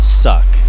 suck